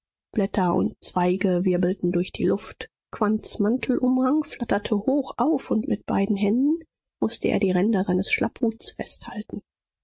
blätter und zweige wirbelten durch die luft quandts mantelumhang flatterte hochauf und mit beiden händen mußte er die ränder seines schlapphuts festhalten